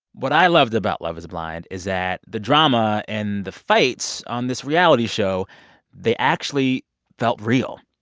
what i loved about love is blind is that the drama and the fights on this reality show they actually felt real.